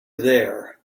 there